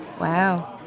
Wow